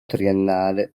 triennale